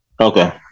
Okay